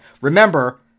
Remember